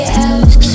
else